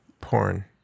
porn